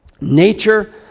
nature